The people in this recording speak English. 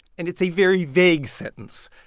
and it's a very vague sentence.